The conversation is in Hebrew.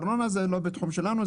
ארנונה זה לא בתחום שלנו,